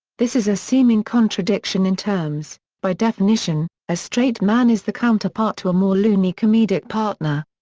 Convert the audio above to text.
this is a seeming contradiction in terms by definition, a straight man is the counterpart to a more loony comedic partner.